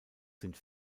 sind